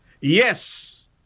Yes